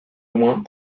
loin